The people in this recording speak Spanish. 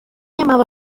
llamado